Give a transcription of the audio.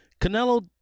Canelo